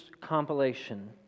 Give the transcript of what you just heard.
compilation